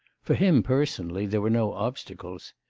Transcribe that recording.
for him personally there were no obstacles.